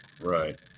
Right